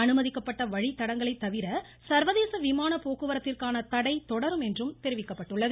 அனுமதிக்கப்பட்ட வழித்தடங்களை தவிர சர்வதேச விமான போக்குவரத்திற்கான தடை தொடரும் என்றும் தெரிவிக்கப்பட்டுள்ளது